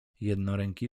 jednoręki